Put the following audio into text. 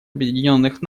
объединенных